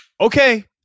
okay